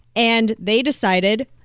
and they decided,